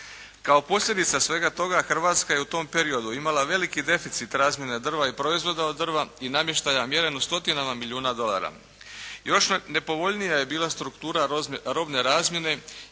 Kao posljedica svega toga Hrvatska je u tom periodu imala deficit razmijene drva i proizvoda od drva i namještaja mjeren u stotinama milijuna dolara. Još nepovoljnija je bila struktura robne razmjene,